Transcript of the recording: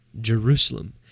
Jerusalem